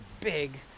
big